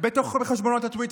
תחקיר "בודקים",